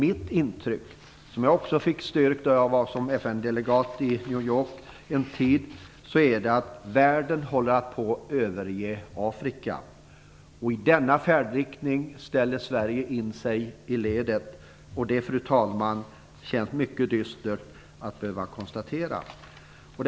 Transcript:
Mitt intryck - det fick jag också styrkt då jag var FN-delegat i New York en tid - är att världen håller på att överge Afrika. I denna utveckling rättar Sverige in sig i ledet. Det känns mycket dystert att behöva konstatera det, fru talman.